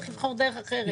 צריך לבחור דרך אחרת.